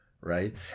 Right